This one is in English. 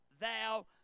thou